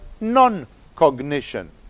non-cognition